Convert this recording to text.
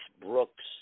Brooks